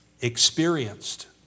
experienced